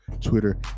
Twitter